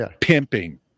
pimping